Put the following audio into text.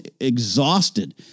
exhausted